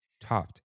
topped